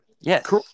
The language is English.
Yes